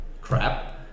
crap